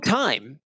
time